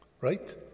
right